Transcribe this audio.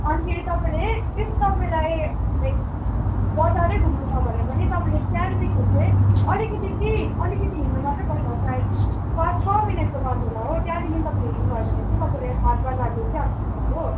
अनिखेरि तपाईँले इफ तपाईँलाई लाइक बजारै घुम्नु छ भने पनि तपाईँले स्ट्यान्डदेखि हुँदै अलिकति त्यहीँ अलिकति हिँड्नु मात्रै पर्छ सायद पाँच छ मिनटको बाटो होला हो त्यहाँदेखि तपाईँले हिँड्नु भयो भने चाहिँ तपाईँले हाट बजार भेटिहाल्नु हुन्छ हो